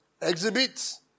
Exhibits